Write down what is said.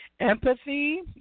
Empathy